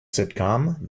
sitcom